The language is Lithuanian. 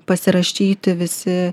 pasirašyti visi